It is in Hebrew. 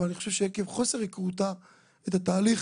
אני חושב שעקב חוסר היכרותה את התהליך.